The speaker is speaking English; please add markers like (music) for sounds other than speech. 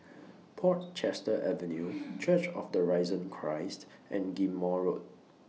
Portchester Avenue (noise) Church of The Risen Christ and Ghim Moh Road